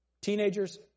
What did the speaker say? Teenagers